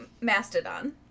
Mastodon